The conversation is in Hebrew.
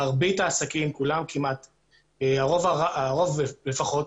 מרבית העסקים, כמעט כולם, הרוב לפחות,